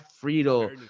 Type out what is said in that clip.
Friedel